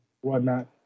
whatnot